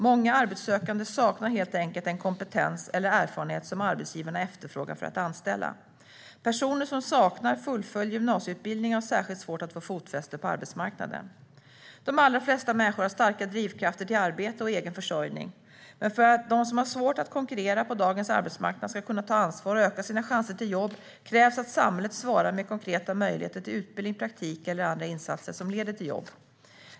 Många arbetssökande saknar helt enkelt den kompetens eller erfarenhet som arbetsgivarna efterfrågar. Personer som saknar fullföljd gymnasieutbildning har särskilt svårt att få fotfäste på arbetsmarknaden. De allra flesta människor har starka drivkrafter till arbete och egen försörjning. Men för att de som har svårt att konkurrera på dagens arbetsmarknad ska kunna ta ansvar och öka sina chanser till jobb krävs det att samhället svarar med konkreta möjligheter till utbildning, praktik eller andra insatser som leder till jobb.